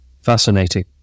Fascinating